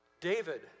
David